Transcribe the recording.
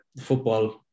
football